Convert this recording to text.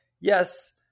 yes